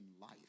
life